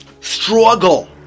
Struggle